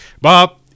Bob